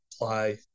apply